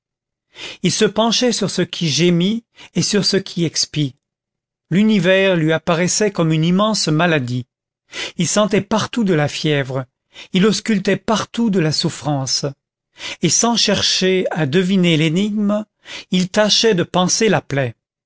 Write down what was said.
il se penchait sur ce qui gémit et sur ce qui expie l'univers lui apparaissait comme une immense maladie il sentait partout de la fièvre il auscultait partout de la souffrance et sans chercher à deviner l'énigme il tâchait de panser la plaie